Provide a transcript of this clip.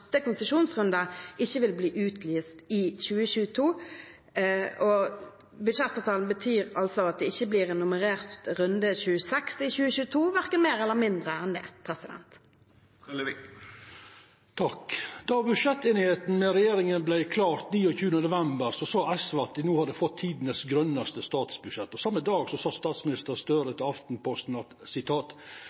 blir en nummerert runde 26 i 2022 – verken mer eller mindre enn det. Då budsjetteinigheita med regjeringa vart klar 29. november, sa SV at dei no hadde fått tidenes grønaste statsbudsjett. Same dag sa statsminister Støre til Aftenposten at